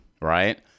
right